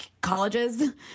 colleges